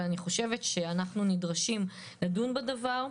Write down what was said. אני חושבת שאנחנו נדרשים לדון בדבר.